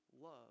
love